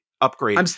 upgrade